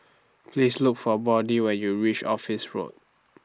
Please Look For Brody when YOU REACH Office Road